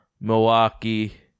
Milwaukee